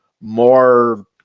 more